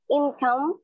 income